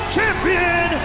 Champion